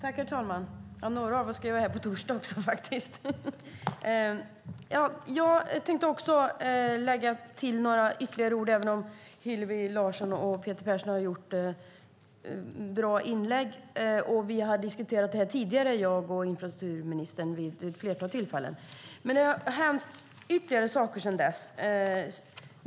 Herr talman! Några av oss ska vara här också på torsdag. Trots bra inlägg från Hillevi Larsson och Peter Persson tänker jag lägga till ytterligare några ord. Jag och infrastrukturministern har vid ett flertal tillfällen tidigare diskuterat dessa frågor. Men ytterligare saker har hänt sedan dess.